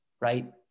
right